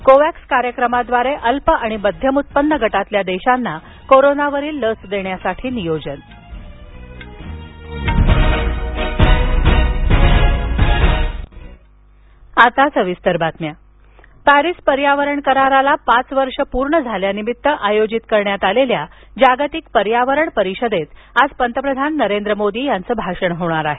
COVAX कार्यक्रमाद्वारे अल्प आणि मध्यम उत्पन्न गटातल्या देशांना कोरोनावरील लस देण्यासाठी नियोजन पंतप्रधान पर्यावरण परिषद पॅरीस पर्यावरण कराराला पाच वर्ष पूर्ण झाल्यानिमित्त आयोजित करण्यात आलेल्या जागतिक पर्यावरण परिषदेत आज पंतप्रधान नरेंद्र मोदी यांचं भाषण होणार आहे